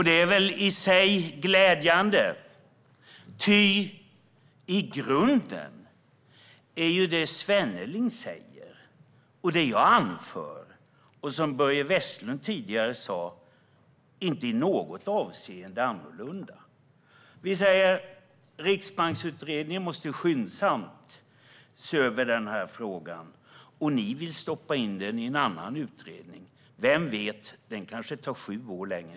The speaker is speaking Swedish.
Det är väl i sig glädjande, ty i grunden är det Svenneling säger, det jag anför och det som Börje Vestlund tidigare sa inte i något avseende annorlunda. Vi säger att Riksbanksutredningen skyndsamt måste se över den här frågan. Ni vill stoppa in den i en annan utredning. Vem vet, den kanske tar sju år längre?